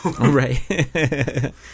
right